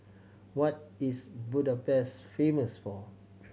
what is Budapest famous for